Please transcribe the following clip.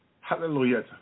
hallelujah